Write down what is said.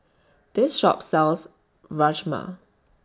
This Shop sells Rajma